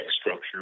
structure